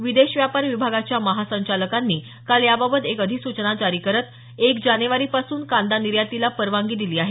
विदेश व्यापार विभागाच्या महासंचालकांनी काल याबाबत एक अधिसूचना जारी करत एक जानेवारीपासून कांदा निर्यातीला परवानगी दिली आहे